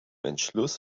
entschluss